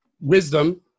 wisdom